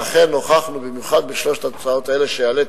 ואכן הוכחנו, במיוחד בשלוש הצעות אלה, שהעליתי,